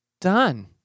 done